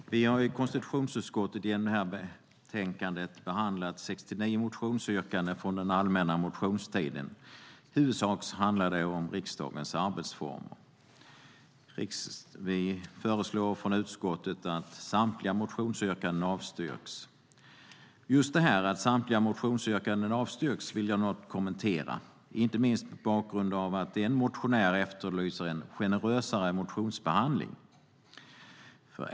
Herr talman! Vi har i konstitutionsutskottet genom detta betänkande behandlat 69 motionsyrkanden från den allmänna motionstiden, och de handlar i huvudsak om riksdagens arbetsformer. Samtliga motionsyrkanden avstyrks av vårt utskott. Just detta att samtliga motioner avstyrks vill jag något kommentera, inte minst mot bakgrund av att en motionär efterlyser en generösare motionsbehandling.